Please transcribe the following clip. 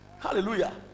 Hallelujah